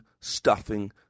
stuffing